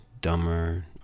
dumber